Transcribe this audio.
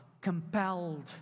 compelled